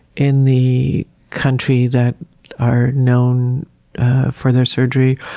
in the country that are known for their surgery.